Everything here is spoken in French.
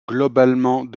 globalement